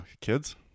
kids